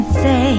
say